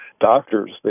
Doctors